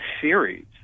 series